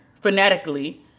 phonetically